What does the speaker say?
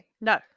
No